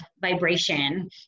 vibration